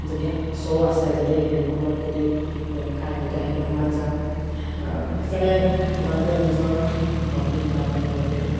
যদি আৰু শ্ব' আছে যদি সেইটো সময়ত যদি দেখায় তেতিয়া সেইটো সময়ত যাম সেইকাৰণে তোমালোকে নিজৰ মতটো দিবা বা তোমালোকে